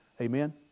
Amen